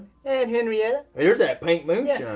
and henreitta. there's that pink moonshine.